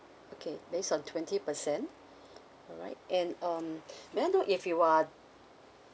okay based on twenty percent alright and um may I know if you are